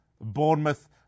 Bournemouth